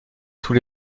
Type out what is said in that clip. tous